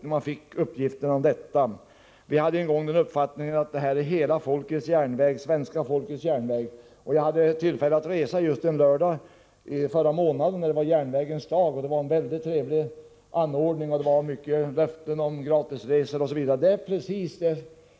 de här uppgifterna en chock för mig. Vi hade en gång den uppfattningen att SJ är hela svenska folkets järnväg. Själv hade jag tillfälle att resa just på en lördag förra månaden. Det var på järnvägens dag. Man hade ordnat det mycket trevligt, och det förekom många löften om gratisresor osv. Det är precis på det